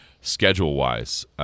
Schedule-wise